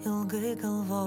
ilgai galvojau